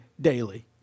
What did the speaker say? daily